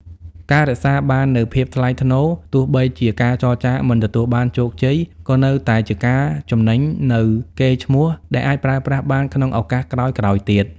ការរក្សាបាននូវភាពថ្លៃថ្នូរ ទោះបីជាការចរចាមិនទទួលបានជោគជ័យ ក៏នៅតែជាការចំណេញនូវ "កេរ្តិ៍ឈ្មោះ" ដែលអាចប្រើប្រាស់បានក្នុងឱកាសក្រោយៗទៀត។